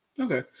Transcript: Okay